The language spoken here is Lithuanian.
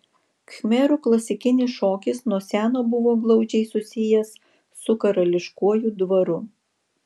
khmerų klasikinis šokis nuo seno buvo glaudžiai susijęs su karališkuoju dvaru